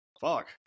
Fuck